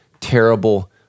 terrible